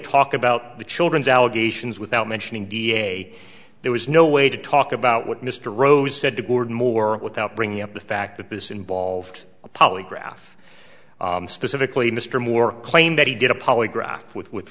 talk about the children's allegations without mentioning d n a there was no way to talk about what mr rose said to gordon moore without bringing up the fact that this involved a polygraph specifically mr moore claimed that he did a polygraph with